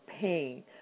pain